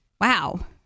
Wow